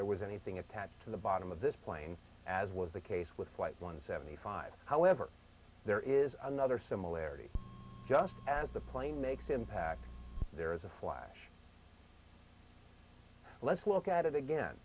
there was anything attached to the bottom of this plane as was the case with white one seventy five however there is another similarity just as the plane makes impact there is a flash let's look at it again